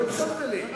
לא הקשבת לי.